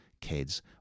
kids